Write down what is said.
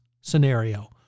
scenario